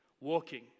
walking